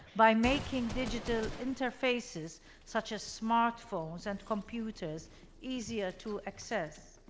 by making digital interfaces such as smartphones and computers easier to access.